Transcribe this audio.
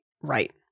right